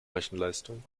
rechenleistung